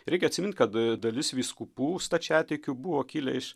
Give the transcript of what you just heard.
reikia atsimint kad dalis vyskupų stačiatikių buvo kilę iš